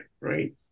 Right